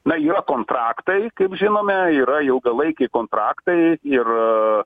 na yra kontraktai kaip žinome yra ilgalaikiai kontraktai ir